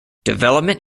development